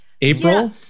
April